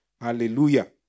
Hallelujah